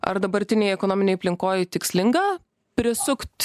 ar dabartinėj ekonominėj aplinkoj tikslinga prisukt su mma